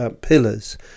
pillars